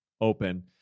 open